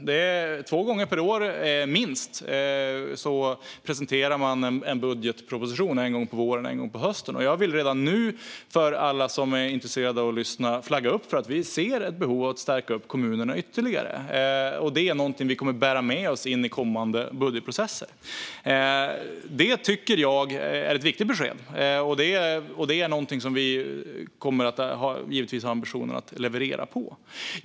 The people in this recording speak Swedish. Minst två gånger per år presenterar man en budgetproposition, en gång på våren och en gång på hösten. Jag vill redan nu, för alla som är intresserade, flagga för att vi ser ett behov av att ytterligare stärka upp kommunerna. Det är något som vi kommer att bära med oss in i kommande budgetprocesser. Det tycker jag är ett viktigt besked. Och det är något som vi givetvis kommer att ha ambitionen att leverera på.